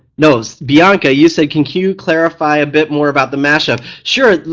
no so bianca, you said can can you clarify a bit more about the mashup? sure,